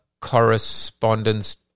correspondence